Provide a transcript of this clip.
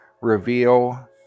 reveal